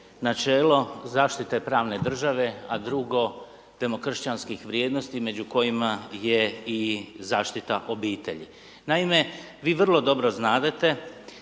načelo zaštite pravne države, a drugo demokršćanskih vrijednosti među kojima je i zaštita obitelji. Naime, vi vrlo dobro znadete